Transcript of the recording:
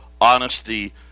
honesty